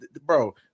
bro